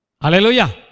Hallelujah